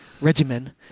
regimen